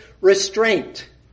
restraint